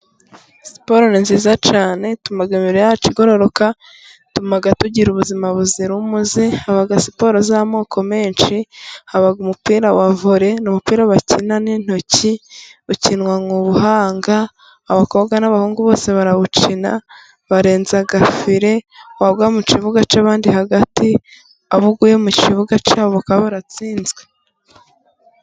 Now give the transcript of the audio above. Siporo nziza cyane ituma imibirii yacu igororoka utumaga tugira ubuzima buzira umuze, haba siporo z'amoko menshi, haba umupira wa voreboru, umupira bakina n'intoki ukinwa mu buhanga, abakobwa n'abahungu bose barawukina, barenza fire wagwa mu kibuga cy'abandi hagati, abo uguye mu kibuga cyabo bakaba baratsinzwe.